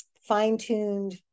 fine-tuned